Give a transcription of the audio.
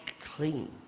clean